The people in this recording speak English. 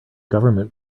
government